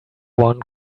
one